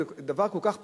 זה דבר כל כך פשוט,